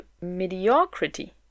mediocrity